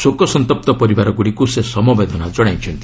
ଶୋକସନ୍ତପ୍ତ ପରିବାରଗୁଡ଼ିକୁ ସେ ସମବେଦନା ଜଣାଇଛନ୍ତି